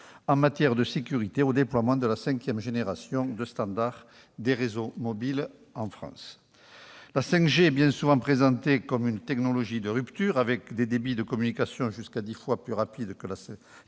en matière de sécurité au déploiement de la cinquième génération de standards de réseaux mobiles en France. La 5G est bien souvent présentée comme une technologie de rupture, avec des débits de communication étant jusqu'à dix fois plus rapides que ceux